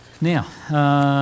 Now